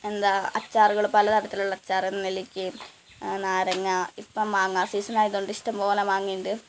എന്താണ് അച്ചാറുകൾ പല തരത്തിലുള്ള അച്ചാർ നെല്ലിക്കയും നാരങ്ങ ഇപ്പം മാങ്ങ സീസൺ ആയതുകൊണ്ട് ഇഷ്ടം പോലെ മാങ്ങയുണ്ട്